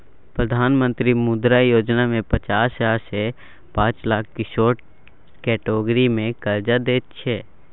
प्रधानमंत्री मुद्रा योजना मे पचास हजार सँ पाँच लाख किशोर कैटेगरी मे करजा दैत छै